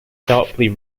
sharply